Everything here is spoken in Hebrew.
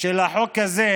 של החוק הזה,